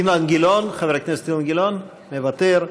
אילן גילאון, חבר הכנסת גילאון, מוותר.